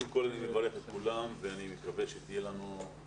אנחנו יודעים על החוסרים שקיימים שנים רבות במערכת החינוך בחברה הערבית.